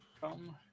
Come